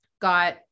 got